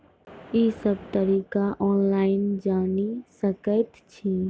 ई सब तरीका ऑनलाइन जानि सकैत छी?